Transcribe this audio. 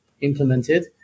implemented